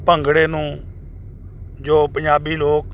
ਭੰਗੜੇ ਨੂੰ ਜੋ ਪੰਜਾਬੀ ਲੋਕ